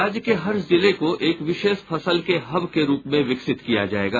राज्य के हर जिले को एक विशेष फसल के हब के रूप में विकसित किया जायेगा